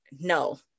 no